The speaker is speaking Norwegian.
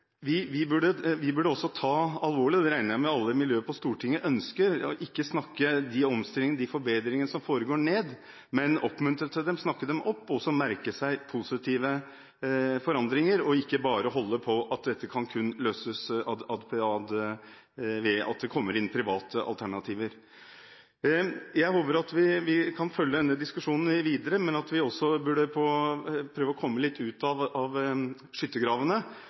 ta på alvor, og det regner jeg med alle miljøer på Stortinget ønsker, at vi ikke snakker de omstillinger og de forbedringer som foregår, ned, men oppmuntrer og snakker dem opp og merker oss positive forandringer. Man må ikke bare holde på at dette kun kan løses ved at det kommer inn private alternativer. Jeg håper at vi kan følge denne diskusjonen videre, men vi burde også prøve å komme litt ut av